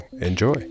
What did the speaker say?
enjoy